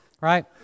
right